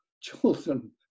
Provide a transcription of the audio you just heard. children